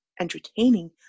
entertaining